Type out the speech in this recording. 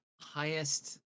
Highest